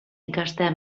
ikastea